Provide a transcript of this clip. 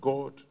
God